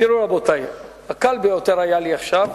תראו, רבותי, הקל ביותר היה לי עכשיו